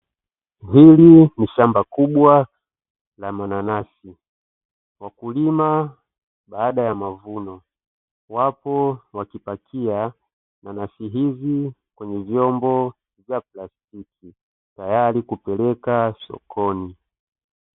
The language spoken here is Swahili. Hili ni shamba kubwa la mananasi, wakulima baada ya mavuno wako wakipakia nanasi hizi kwenye vyombo vya plastiki tayari kupeleka sokoni.